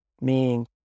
meaning